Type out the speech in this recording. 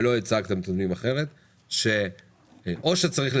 אתה חייב לבנות תכנית לכל מגזר ש-50% מהדיגיטל שמופנה לאוכלוסייה